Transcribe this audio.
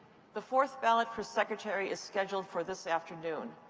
the fourth ballot for secretary is scheduled for this afternoon.